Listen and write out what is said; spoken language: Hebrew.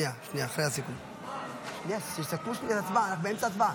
אנחנו באמצע הצבעה.